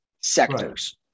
sectors